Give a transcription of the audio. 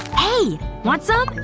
hey! want some?